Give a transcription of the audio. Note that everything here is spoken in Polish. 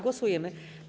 Głosujemy.